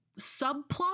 subplot